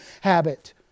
habit